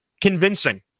convincing